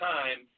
Time